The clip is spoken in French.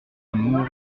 amour